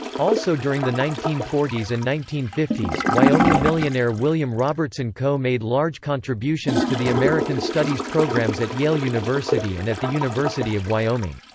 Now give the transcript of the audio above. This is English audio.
also during the nineteen forty s and nineteen wyoming millionaire william robertson coe made large contributions to the american studies programs at yale university and at the university of wyoming.